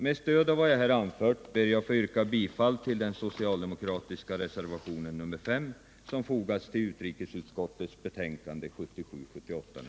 Med stöd av vad jag här anfört ber jag att få yrka bifall till den